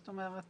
זאת אומרת,